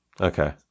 Okay